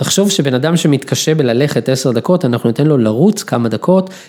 תחשוב שבן אדם שמתקשה בללכת 10 דקות, אנחנו נותנים לו לרוץ כמה דקות.